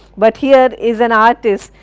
but here is an artist.